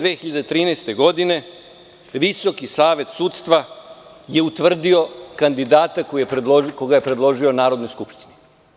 Šesnaestog jula 2013. godine Visoki savet sudstva je utvrdio kandidata koga je predložio Narodnoj skupštini.